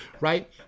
Right